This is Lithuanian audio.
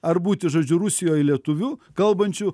ar būti žodžiu rusijoj lietuviu kalbančiu